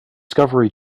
discovery